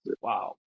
wow